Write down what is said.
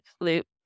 loop